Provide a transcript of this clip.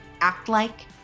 act-like